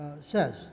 says